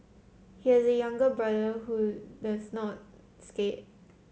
he has a younger brother who does not skate